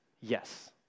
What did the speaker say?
yes